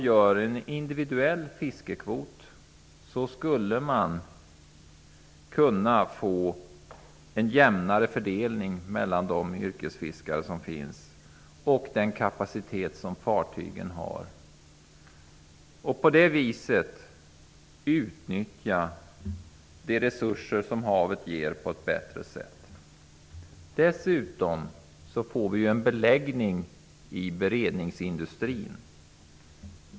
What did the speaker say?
Med en individuell fiskekvot skulle man kunna få en jämnare fördelning mellan de yrkesfiskare som finns och den kapacitet som fartygen har. På det viset utnyttjar man havets resurser på ett bättre sätt. Dessutom får man beläggning i beredningsindustrin.